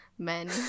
men